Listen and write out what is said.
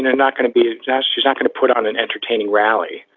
and not going to be exact. she's not going to put on an entertaining rally.